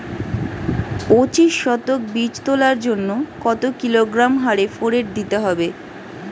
পঁচিশ শতক বীজ তলার জন্য কত কিলোগ্রাম হারে ফোরেট দিতে হবে?